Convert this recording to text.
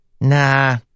Nah